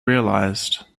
realised